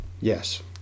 yes